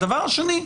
דבר שני,